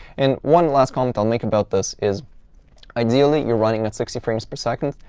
and one last comment i'll make about this is ideally you're running at sixty frames per second,